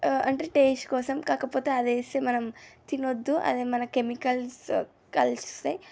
అంటే టేస్ట్ కోసం కాకపోతే అది వేస్తే మనం తినవద్దు అదేమన్నా కెమికల్స్ కలుస్తాయి